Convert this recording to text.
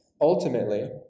ultimately